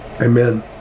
Amen